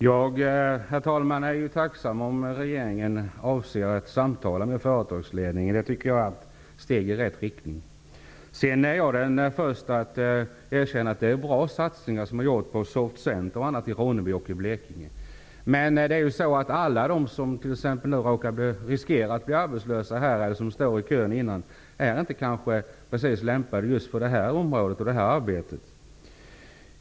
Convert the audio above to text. Herr talman! Jag är tacksam om regeringen avser att samtala med företagsledningen. Det är ett steg i rätt riktning. Jag är den första att erkänna att det är bra satsningar som har gjorts på Soft Center och annat i Ronneby och i Blekinge. Men alla de som nu riskerar att bli arbetslösa eller som står i kön sedan tidigare kanske inte är lämpade just för det arbetet.